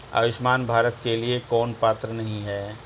आयुष्मान भारत के लिए कौन पात्र नहीं है?